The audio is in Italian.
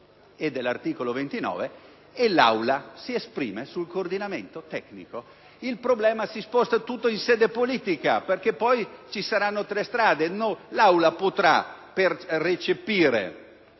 e dell'articolo 29 e l'Aula si esprime sul coordinamento tecnico. Il problema si sposta tutto in sede politica, perché poi ci saranno diverse strade: l'Aula, per recepire,